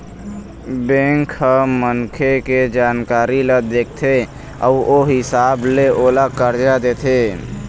bank ह मनखे के जानकारी ल देखथे अउ ओ हिसाब ले ओला करजा देथे